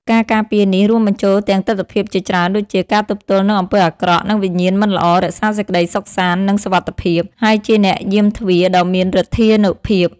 ការការពារនេះរួមបញ្ចូលទាំងទិដ្ឋភាពជាច្រើនដូចជា ការទប់ទល់នឹងអំពើអាក្រក់ និងវិញ្ញាណមិនល្អ រក្សាសេចក្តីសុខសាន្ត និងសុវត្ថិភាព ហើយជាអ្នកយាមទ្វារដ៏មានឫទ្ធានុភាព។